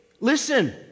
listen